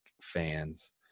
fans